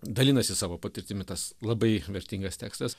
dalinasi savo patirtimi tas labai vertingas tekstas